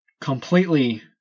Completely